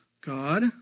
God